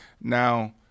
Now